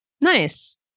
Nice